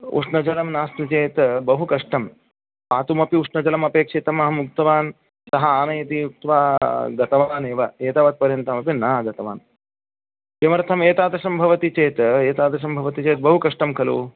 उष्णजलं नास्ति चेत् बहु कष्टं पातुमपि उष्णजलमपेक्षितमहमुक्तवान् सः आनयति उक्त्वा गतवानेव एतावत्पर्यन्तमपि नागतवान् किमर्थम् एतादृशं भवति चेत् एतादृशं भवति चेत् बहु कष्टं खलु